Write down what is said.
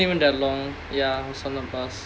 that wasn't even that long ya it was on the bus